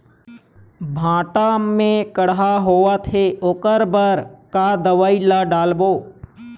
भांटा मे कड़हा होअत हे ओकर बर का दवई ला डालबो?